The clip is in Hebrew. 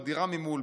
בדירה ממול,